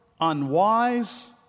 unwise